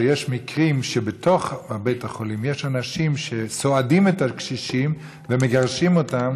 שיש מקרים שיש אנשים שסועדים את הקשישים בתוך בית החולים ומגרשים אותם